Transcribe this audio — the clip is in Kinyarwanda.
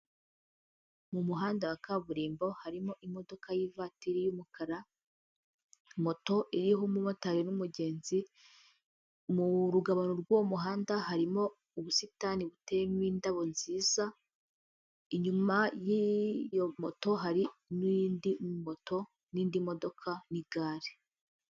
Mu muhanda wa kaburimbo harimo imodoka y'ivatiri y'umukara moto iriho umumotari n'umugenzi mu rugabano rw'uwo muhanda harimo ubusitani butemo indabo nziza inyuma y'iyo moto hari n'iyindi moto n'indi modoka n'igare.